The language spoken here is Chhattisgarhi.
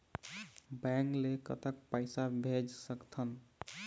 बैंक ले कतक पैसा भेज सकथन?